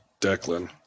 Declan